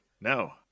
No